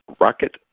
Rocket